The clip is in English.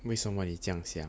为什么你这样想